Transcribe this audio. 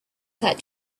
that